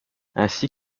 ainsi